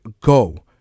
Go